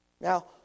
Now